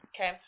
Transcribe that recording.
Okay